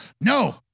No